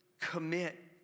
commit